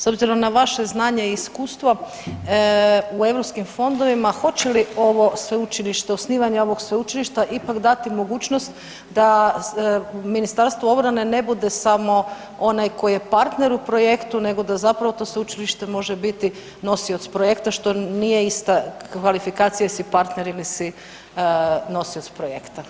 S obzirom na vaše znanje i iskustvo u europskim fondovima, hoće li ovo sveučilište, osnivanje ovog sveučilišta ipak dati mogućnost da Ministarstvo obrane ne bude samo onaj koji je partner u projektu nego da zapravo to sveučilište može biti nosioc projekta, što nije ista kvalifikacija ili si nosioc projekta?